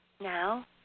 Now